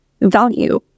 value